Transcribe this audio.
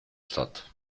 statt